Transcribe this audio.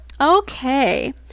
Okay